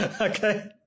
Okay